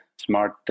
smart